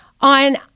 on